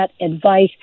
advice